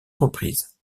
reprises